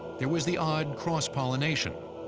there was the odd cross-pollination.